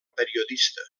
periodista